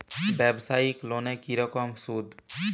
ব্যবসায়িক লোনে কি রকম সুদ?